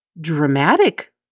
dramatic